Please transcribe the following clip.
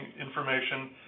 information